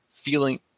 Feeling